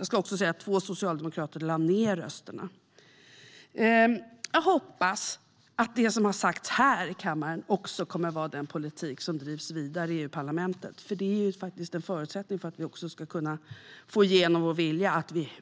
Jag ska också säga att två socialdemokrater lade ned sina röster. Jag hoppas att det som har sagts här i kammaren också kommer att vara den politik som drivs vidare i EU-parlamentet. En förutsättning för att vi också ska få igenom vår vilja är att vi